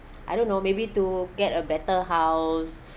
I don't know maybe to get a better house